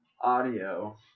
audio